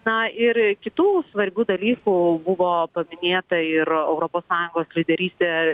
na ir kitų svarbių dalykų buvo paminėta ir europos sąjungos lyderystė